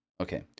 Okay